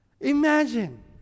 Imagine